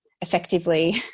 effectively